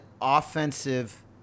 offensive